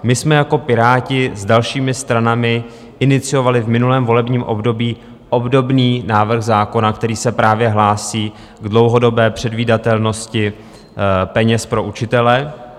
My jsme jako Piráti s dalšími stranami iniciovali v minulém volebním období obdobný návrh zákona, který se právě hlásí k dlouhodobé předvídatelnosti peněz pro učitele.